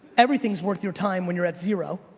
everything's worth your time when you're at zero.